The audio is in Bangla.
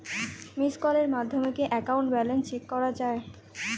মিসড্ কলের মাধ্যমে কি একাউন্ট ব্যালেন্স চেক করা যায়?